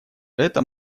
это